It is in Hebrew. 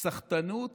סחטנות